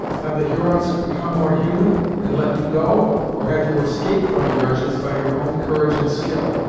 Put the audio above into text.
have the hurons become more human, and let you go or have you escaped from the wretches, by your own courage and skill?